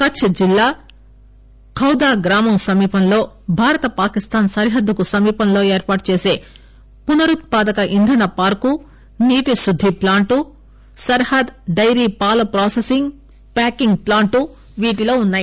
కచ్ జిల్లా ఖౌదా గ్రామం సమీపంలో భారత్ పాకిస్తాన్ సరిహద్దుకు సమీపంలో ఏర్పాటు చేసే పునరుత్పాదక ఇంధన పార్కు నీటి శుద్ది ప్లాంట్ సర్హాద్ డైరీ పాల ప్రాసెసింగ్ ప్యాకింగ్ ప్లాంట్ వీటిలో వున్నాయి